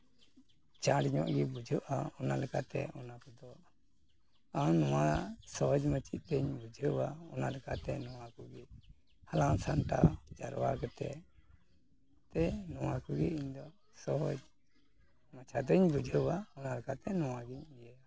ᱪᱟᱬ ᱧᱚᱜ ᱜᱮ ᱵᱩᱡᱷᱟᱹᱜᱼᱟ ᱚᱱᱟ ᱞᱮᱠᱟᱛᱮ ᱚᱱᱟ ᱠᱚᱫᱚ ᱵᱟᱝᱢᱟ ᱥᱚᱦᱚᱡᱽ ᱢᱟᱪᱷᱟ ᱛᱤᱧ ᱵᱩᱡᱷᱟᱹᱣᱟ ᱚᱱᱟ ᱞᱮᱠᱟᱛᱮ ᱱᱚᱣᱟ ᱠᱚᱜᱮ ᱦᱟᱞᱟᱝ ᱥᱟᱢᱴᱟᱣ ᱡᱟᱨᱣᱟ ᱠᱟᱛᱮ ᱛᱮ ᱱᱚᱣᱟ ᱠᱚᱜᱮ ᱤᱧ ᱫᱚ ᱥᱚᱦᱚᱡᱽ ᱢᱟᱪᱷᱟᱛᱮᱧ ᱵᱩᱡᱷᱟᱹᱣᱟ ᱚᱱᱟᱞᱮᱠᱟᱛᱮ ᱱᱚᱣᱟᱜᱤᱧ ᱤᱭᱟᱹᱭᱟ